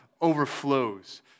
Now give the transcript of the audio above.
overflows